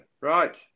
right